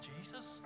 Jesus